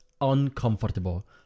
uncomfortable